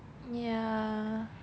ya